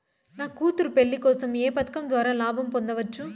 నా కూతురు పెళ్లి కోసం ఏ పథకం ద్వారా లాభం పొందవచ్చు?